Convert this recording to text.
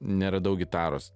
neradau gitaros